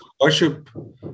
worship